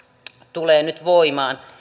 tulee nyt voimaan